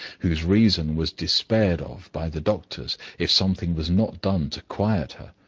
whose reason was despaired of by the doctors if something was not done to quiet her.